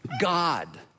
God